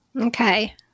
Okay